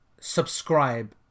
subscribe